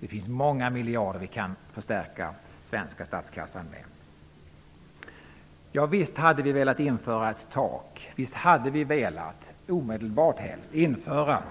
Det finns många miljarder som vi kan stärka den svenska statskassan med. Visst hade vi velat införa ett tak. Visst hade vi velat, helst omedelbart, införa